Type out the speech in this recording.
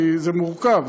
כי זה מורכב,